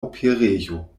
operejo